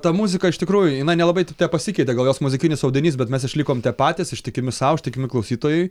ta muzika iš tikrųjų jinai nelabai tepasikeitė gal jos muzikinis audinys bet mes išlikom tie patys ištikimi sau ištikimi klausytojui